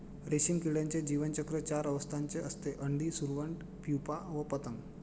रेशीम किड्याचे जीवनचक्र चार अवस्थांचे असते, अंडी, सुरवंट, प्युपा व पतंग